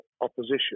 opposition